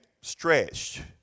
stretched